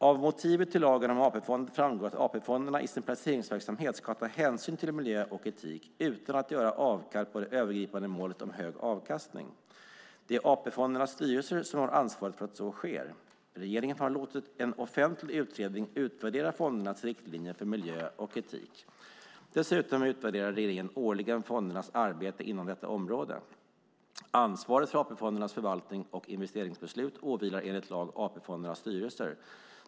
Av motiven till lagen om AP-fonder framgår att AP-fonderna i sin placeringsverksamhet ska ta hänsyn till miljö och etik utan att göra avkall på det övergripande målet om hög avkastning. Det är AP-fondernas styrelser som har ansvaret för att så sker. Regeringen har låtit en offentlig utredning utvärdera fondernas riktlinjer för miljö och etik. Dessutom utvärderar regeringen årligen fondernas arbete inom detta område. Ansvaret för AP-fondernas förvaltning och investeringsbeslut åvilar enligt lag AP-fondernas styrelser.